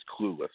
clueless